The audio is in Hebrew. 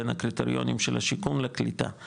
בין הקריטריונים של השיקום לקליטה.